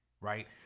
right